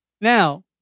now